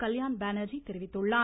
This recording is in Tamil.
கல்யாண் பானர்ஜி தெரிவித்துள்ளார்